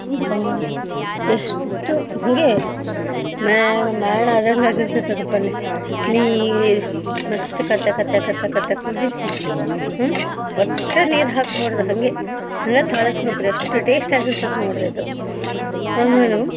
ಒಂದು ಎಷ್ಟು ಹೀಗೆ ಮೇಣ ಮೇಣ ಆದಂಗಾಗಿರ್ತೈತದು ಪಲ್ಯ ನೀ ಮಸ್ತ್ ಕೊತ ಕೊತ ಕೊತ ಕೊತ ಕುದಿಸಿ ಒಟ್ಟು ನೀರು ಹಾಕಬಾರ್ದು ಹಾಗೆ ಹಾಗೆ ತಳಸ್ಬೇಕ್ರಿ ಅಷ್ಟು ಟೇಸ್ಟಾಗಿರ್ತೈತಿ ನೋಡಿರಿ ಅದು ಆಮೇಲೆ